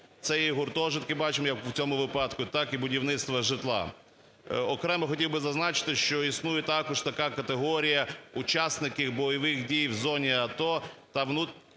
Це і гуртожитки бачим, як в цьому випадку, так і будівництво житла. Окремо хотів би зазначити, що існує також така категорія "учасники бойових дій в зоні АТО